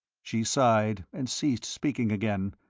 she sighed and ceased speaking again.